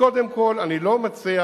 קודם כול, אני לא מציע